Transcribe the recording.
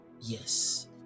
Yes